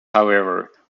however